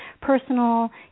personal